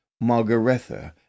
Margaretha